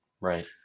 Right